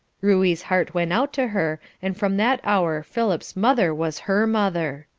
ruey's heart went out to her, and from that hour philip's mother was her mother.